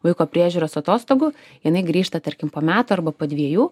vaiko priežiūros atostogų jinai grįžta tarkim po metų arba po dviejų